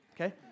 okay